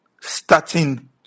starting